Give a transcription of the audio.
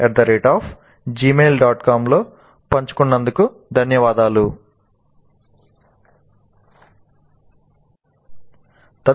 We will try to explore that model in a little bit more detail and see the correspondence between that model and Merrill's five first principle of learning